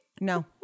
No